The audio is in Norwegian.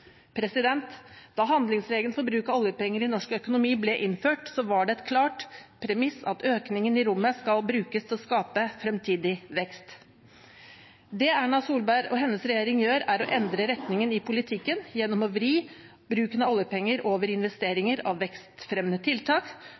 Da handlingsregelen for bruk av oljepenger i norsk økonomi ble innført, var det et klart premiss at økningen i handlingsrommet skulle brukes til å skape fremtidig vekst. Det Erna Solberg og hennes regjering gjør, er å endre retningen i politikken gjennom å vri bruken av oljepenger over i investeringer i vekstfremmende tiltak.